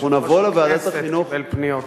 ואנחנו נבוא לוועדת החינוך,